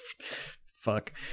fuck